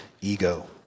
ego